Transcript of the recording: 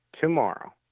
tomorrow